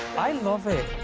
i love it!